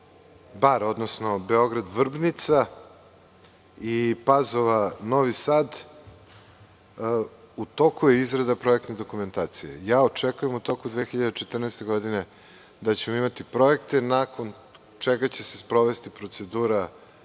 odnosno Beograd-Vrbnica i Pazova-Novi Sad, u toku je izrada projektne dokumentacije. Očekujem u toku 2014. godine da ćemo imati projekte, nakon čega će se sprovesti procedura